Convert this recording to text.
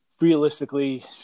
realistically